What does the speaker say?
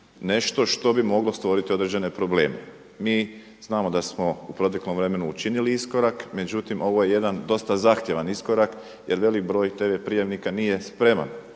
nešto što bi moglo stvoriti određene probleme. Mi znamo da smo u proteklom vremenu učinili iskorak, međutim ovo je jedan dosta zahtjevan iskorak jer velik broj TV prijemnika nije spreman